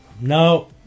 No